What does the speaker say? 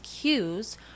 cues